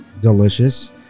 delicious